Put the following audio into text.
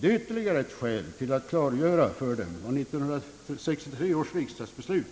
Det är ytterligare ett skäl för att klargöra för dem vad 1963 års riksdagsbeslut